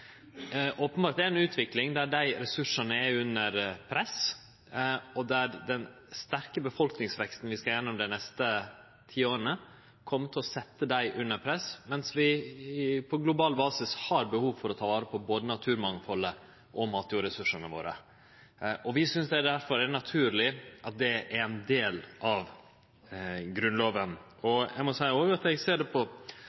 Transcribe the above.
openbert er ei utvikling der dei ressursane er under press, og der den sterke befolkningsveksten vi skal gjennom dei neste tiåra, kjem til å setje dei under press, mens vi på global basis har behov for å ta vare på både naturmangfaldet og matjordressursane våre. Vi synest derfor det er naturleg at det er ein del av